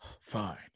Fine